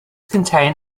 contain